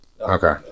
Okay